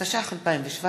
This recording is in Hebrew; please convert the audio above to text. התשע"ח 2017,